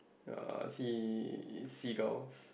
uh sea seagulls